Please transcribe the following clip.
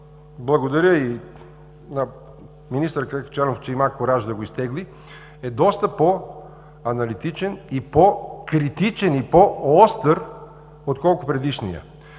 благодаря на министър Каракачанов, че има кураж да го изтегли, е доста по-аналитичен и по-критичен, и по-остър, отколкото предишния.